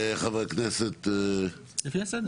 חברי הכנסת לפי הסדר.